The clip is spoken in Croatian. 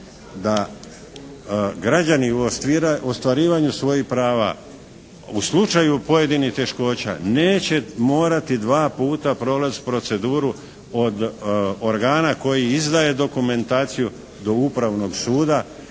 da građani u ostvarivanju svojih prava u slučaju pojedinih teškoća neće morati dva puta prolaziti proceduru od organa koji izdaje dokumentaciju do Upravnog suda